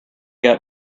got